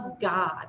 God